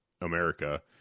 America